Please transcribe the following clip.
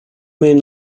main